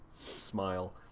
smile